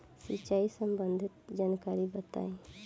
सिंचाई संबंधित जानकारी बताई?